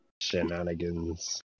Shenanigans